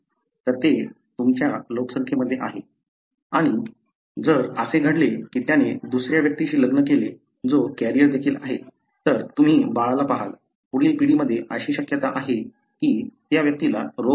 तर ते तुमच्या लोकसंख्येमध्ये आहे आणि जर असे घडले की त्याने दुसऱ्या व्यक्तीशी लग्न केले जो कॅरियर देखील आहे तर तुम्ही बाळाला पहाल पुढील पिढीमध्ये अशी शक्यता आहे की त्या व्यक्तीला रोग असेल